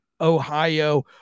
Ohio